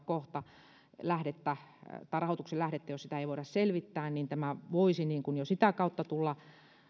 kohta että jos rahoituksen lähdettä ei voida selvittää niin tämä voisi jo sitä kautta tulla